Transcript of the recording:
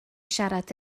siarad